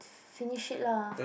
finish it lah